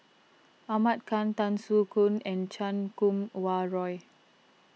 Ahmad Khan Tan Soo Khoon and Chan Kum Wah Roy